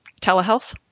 telehealth